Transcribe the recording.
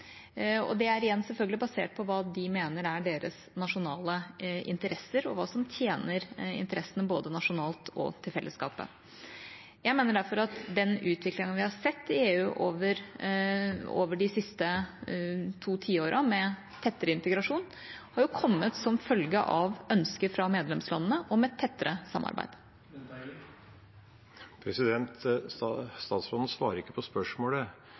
Det er selvfølgelig igjen basert på hva de mener er deres nasjonale interesser, hva som tjener både nasjonale og felleskapets interesser. Jeg mener derfor at den utviklingen vi har sett i EU de siste to tiårene – med tettere integrasjon, har kommet som følge av et ønske fra medlemslandene om et tettere samarbeid. Statsråden svarer ikke på spørsmålet.